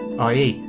i e.